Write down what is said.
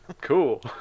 Cool